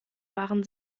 waren